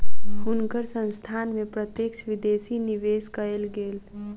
हुनकर संस्थान में प्रत्यक्ष विदेशी निवेश कएल गेल